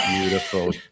beautiful